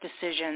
decision